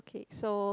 K so